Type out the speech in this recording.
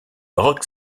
rock